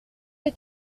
est